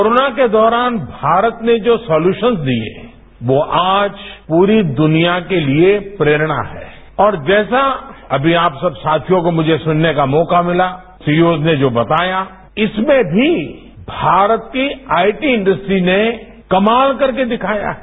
corona के दौरान भारत ने जो सॉल्यूशन्म दिए हैं वो आज पूरी दुनिया के लिए प्रेरणा हैं और जैसा अभी आप सब साथियों को मुझे सुनने का मौका मिला सीओज ने जो बताया इसमें भी भारत की आईटी इंडस्ट्री ने कमाल करके दिखाया है